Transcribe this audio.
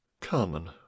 Carmen